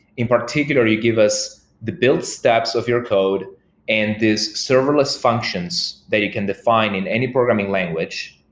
in particular, you give us the build steps of your code and these serverless functions that you can define in any programming language,